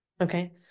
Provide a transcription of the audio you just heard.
okay